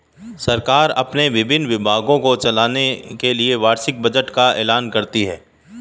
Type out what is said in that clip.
सरकार अपने विभिन्न विभागों को चलाने के लिए वार्षिक बजट का ऐलान करती है